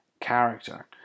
character